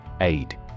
Aid